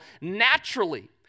naturally